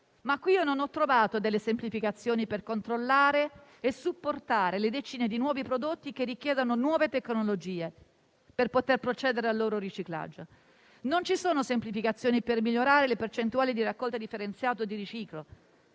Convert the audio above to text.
ma qui non ho trovato semplificazioni per controllare e supportare le decine di nuovi prodotti che richiedono nuove tecnologie per poter procedere al loro riciclo. Non ci sono semplificazioni per migliorare le percentuali di raccolta differenziata e di riciclo;